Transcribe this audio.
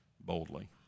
boldly